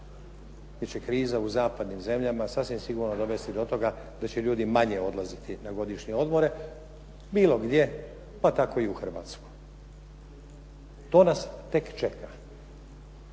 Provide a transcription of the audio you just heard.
će kriza u zapadnim zemljama sasvim sigurno dovesti do toga da će ljudi manje odlaziti na godišnje odmore, bilo gdje, pa tako i u Hrvatsku. To nas tek čeka.